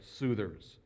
soothers